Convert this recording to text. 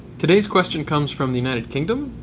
today's question comes from the united kingdom.